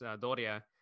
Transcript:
Doria